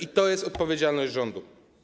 I to jest odpowiedzialność rządu.